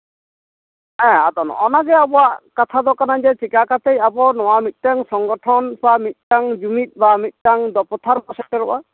ᱦᱮᱸ ᱟᱫᱚ ᱱᱚᱜᱼᱚ ᱱᱚᱣᱟ ᱜᱮ ᱟᱵᱚᱣᱟᱜ ᱠᱟᱛᱷᱟ ᱫᱚ ᱠᱟᱱᱟ ᱡᱮ ᱪᱮᱠᱟ ᱠᱟᱛᱮᱫ ᱟᱵᱚ ᱱᱚᱣᱟ ᱢᱤᱫᱴᱟᱝ ᱥᱚᱝᱜᱚᱴᱷᱚᱱ ᱥᱮ ᱢᱤᱫᱴᱟᱝ ᱡᱩᱢᱤᱫ ᱵᱟ ᱢᱤᱫᱴᱟᱝ ᱫᱚᱯᱚᱛᱷᱟ ᱨᱮᱠᱚ ᱥᱮᱴᱮᱨᱚᱜᱼᱟ